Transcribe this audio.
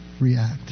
react